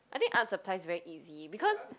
I think art supply is very easy because